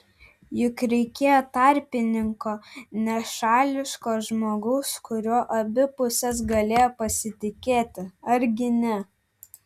juk reikėjo tarpininko nešališko žmogaus kuriuo abi pusės galėjo pasitikėti argi ne